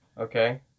Okay